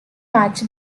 match